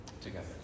together